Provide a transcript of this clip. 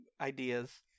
ideas